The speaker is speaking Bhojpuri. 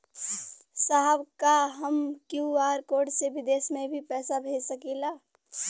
साहब का हम क्यू.आर कोड से बिदेश में भी पैसा भेज सकेला?